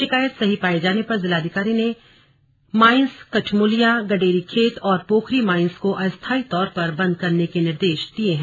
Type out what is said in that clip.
शिकायत सही पाये जाने पर जिलाधिकारी ने केडी माइन्स कठमुलिया गडेरीखेत और पोखरी माइन्स को अस्थाई तौर पर बंद करने के निर्देश दिए हैं